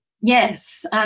Yes